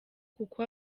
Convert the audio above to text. kuko